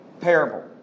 parable